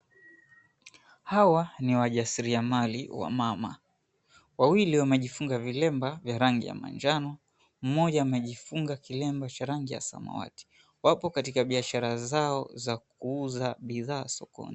Hawa, ni wajasiriamali wamama. Wawili wamejifunga vilemba vya rangi ya manjano, mmoja amejifunga kilambe cha rangi ya samawati. Wako katika biashara zao za kuuza bidhaa sokoni.